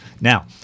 Now